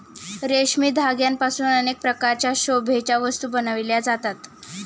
रेशमी धाग्यांपासून अनेक प्रकारच्या शोभेच्या वस्तू बनविल्या जातात